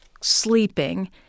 sleeping